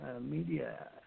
media